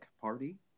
party